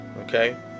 okay